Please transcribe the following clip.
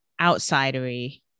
outsidery